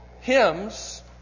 hymns